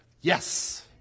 Yes